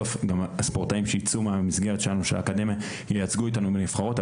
בסוף גם הספורטאים שייצאו מהמסגרת שלנו של האקדמיה ייצגו אותנו בנבחרות,